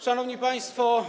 Szanowni Państwo!